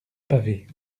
pavés